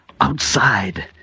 Outside